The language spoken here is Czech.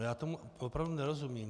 Já tomu opravdu nerozumím.